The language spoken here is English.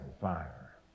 fire